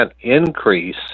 increase